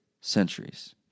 centuries